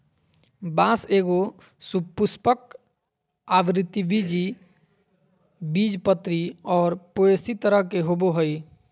बाँस एगो सपुष्पक, आवृतबीजी, बीजपत्री और पोएसी तरह के होबो हइ